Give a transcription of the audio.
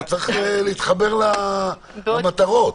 אתה צריך להתחבר למטרות.